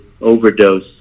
overdose